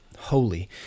Holy